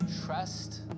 trust